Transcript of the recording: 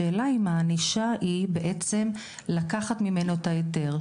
השאלה היא אם הענישה היא בעצם לקחת ממנו את ההיתר,